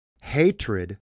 Hatred